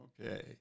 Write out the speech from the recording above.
Okay